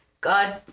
God